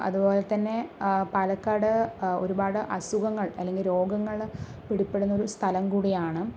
അതുപോലെ തന്നെ പാലക്കാട് ഒരുപാട് അസുഖങ്ങൾ അല്ലെങ്കിൽ രോഗങ്ങള് പിടിപ്പെടുന്നൊരു സ്ഥലം കൂടി ആണ്